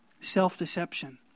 Self-deception